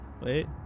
Wait